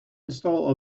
install